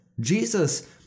Jesus